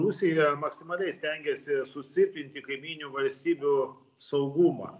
rusija maksimaliai stengiasi susilpninti kaimynių valstybių saugumą